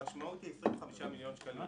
המשמעות היא 25 מיליון שקלים.